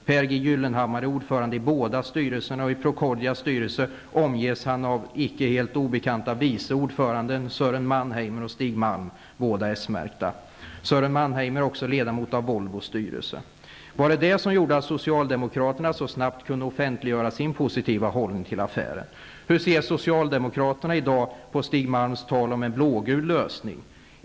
Pehr G Gyllenhammar är ordförande i båda styrelserna, och i Procordias styrelse omges han av icke helt obekanta vice ordförandena Sören Mannheimer är också ledamot av Volvos styrelse. Var det detta som gjorde att socialdemokraterna så snabbt kunde offentliggöra sin positiva hållning till affären? Hur ser socialdemokraterna i dag på Stig Malms tal om en blågul lösning?